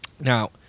Now